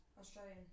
Australian